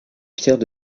pierres